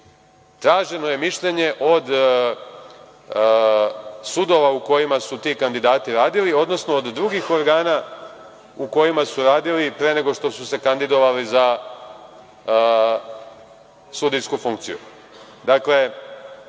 traženo je mišljenje od sudova u kojima su ti kandidati radili, odnosno od drugih organa u kojima su radili pre nego što su se kandidovali za sudijsku funkciju.